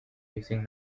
using